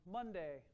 Monday